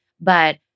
but-